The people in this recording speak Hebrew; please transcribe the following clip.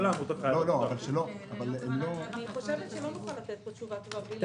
לא נוכל לתת פה תשובה טובה בלי לדעת את פרטי המקרה.